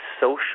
social